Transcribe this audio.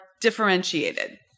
differentiated